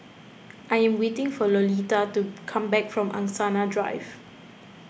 I am waiting for Lolita to come back from Angsana Drive